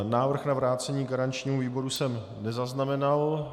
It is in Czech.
Návrh na vrácení garančnímu výboru jsem nezaznamenal.